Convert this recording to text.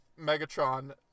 Megatron